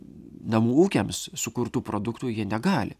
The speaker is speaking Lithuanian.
namų ūkiams sukurtu produktu jie negali